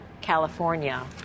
California